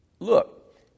Look